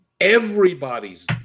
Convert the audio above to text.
everybody's